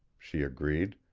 she agreed.